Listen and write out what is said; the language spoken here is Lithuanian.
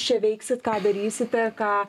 čia veiksit ką darysite ką